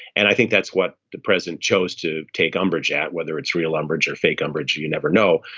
and i think that's what the president chose to take umbrage at. whether it's real umbrage or fake umbrage. you you never know.